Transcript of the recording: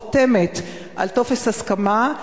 חותמת על טופס הסכמה,